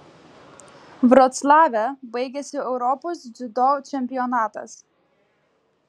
vroclave baigėsi europos dziudo čempionatas